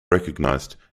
recognized